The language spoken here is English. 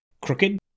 crooked